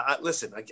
listen